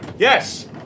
Yes